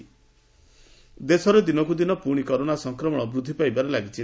corona India ଦେଶରେ ଦିନକୁଦିନ ପୁଶି କରୋନା ସଂକ୍ରମଣ ବୃଦ୍ଧି ପାଇବାରେ ଲାଗିଛି